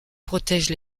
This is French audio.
protègent